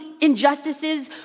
injustices